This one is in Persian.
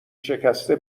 شکسته